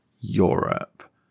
Europe